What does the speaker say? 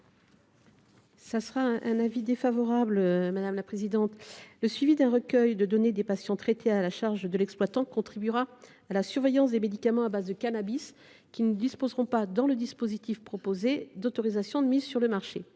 ? Il est défavorable, madame la présidente. Le suivi un recueil de données des patients traités, à la charge de l’exploitant, contribuera à la surveillance des médicaments à base de cannabis qui ne bénéficieront pas, dans le dispositif proposé, d’une autorisation de mise sur le marché.